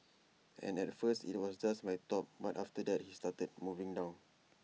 and at first IT was just my top but after that he started moving down